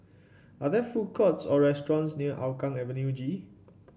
are there food courts or restaurants near Hougang Avenue G